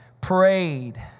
Prayed